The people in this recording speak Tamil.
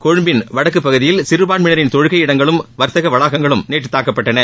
கொழும்பின் வடக்குப் பகுதியில் சிறுபான்மையினரின் தொழுகை இடங்களும் வர்த்தக வளாகங்களும் நேற்று தாக்கப்பட்டன